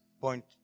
point